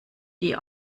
die